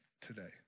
today